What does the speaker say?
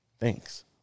Thanks